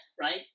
Right